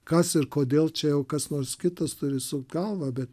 kas ir kodėl čia jau kas nors kitas turi sukt galvą bet